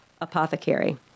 Apothecary